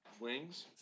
wings